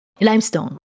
limestone